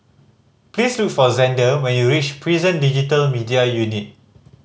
please look for Xander when you reach Prison Digital Media Unit